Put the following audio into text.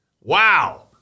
Wow